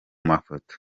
mafoto